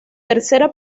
tercera